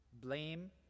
blame